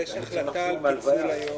יש החלטה על פיצול היום